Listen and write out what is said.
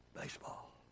Baseball